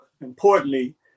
importantly